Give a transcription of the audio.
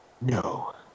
No